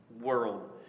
world